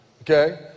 okay